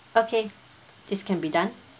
okay this can be done